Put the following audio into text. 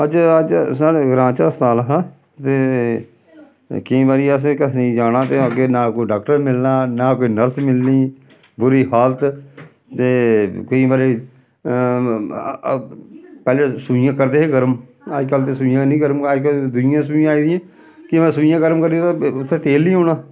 अज्ज अज्ज साढ़े ग्रांऽ च अस्पताल हा ते केईं बारी असें कसें जाना ते अग्गें ना कोई डाक्टर मिलना ना कोई नर्स मिलनी बुरी हालत ते केईं बारी पैह्लें सुइयां करदे हे गर्म अज्जकल ते सुइयां हैनी गर्म अज्जकल दूइयां सुइयां आई दियां केईं बारी सुइयां गर्म करनियां ते उत्थै तेल निं होना